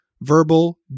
verbal